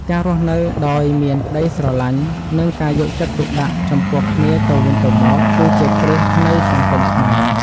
ការរស់នៅដោយមានក្តីស្រឡាញ់ និងការយកចិត្តទុកដាក់ចំពោះគ្នាទៅវិញទៅមកគឺជាគ្រឹះនៃសង្គមខ្មែរ។